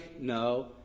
No